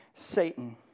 Satan